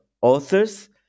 authors